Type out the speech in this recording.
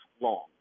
long